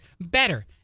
better